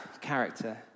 character